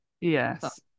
yes